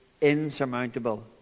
insurmountable